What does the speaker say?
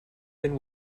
been